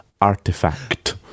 artifact